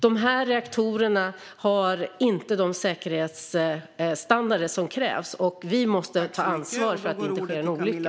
De här reaktorerna har inte den säkerhetsstandard som krävs, och vi måste ta ansvar för att det inte ska ske en olycka.